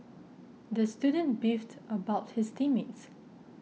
the student beefed about his team mates